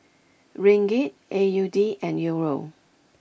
Ringgit A U D and Euro